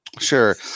Sure